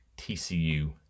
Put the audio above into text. TCU